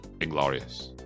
Inglorious